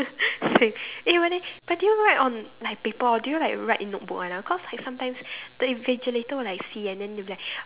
same eh but then but do you write on like paper or do you write in notebook one ah cause like sometimes the invigilator will like see and then they will be like